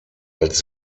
als